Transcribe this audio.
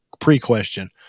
pre-question